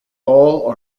all